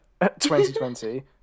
2020